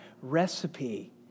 recipe